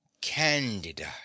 Candida